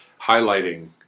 highlighting